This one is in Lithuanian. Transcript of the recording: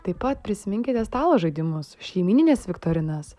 taip pat prisiminkite stalo žaidimus šeimynines viktorinas